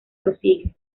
prosigue